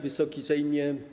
Wysoki Sejmie!